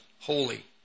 holy